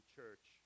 church